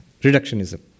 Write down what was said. Reductionism